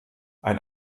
ein